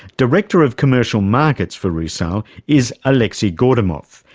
director of commercial markets for rusal is aleksey gordymov,